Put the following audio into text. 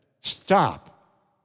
Stop